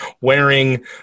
wearing